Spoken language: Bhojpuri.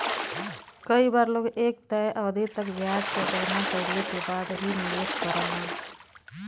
कई बार लोग एक तय अवधि तक ब्याज क गणना कइले के बाद ही निवेश करलन